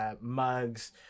mugs